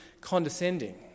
condescending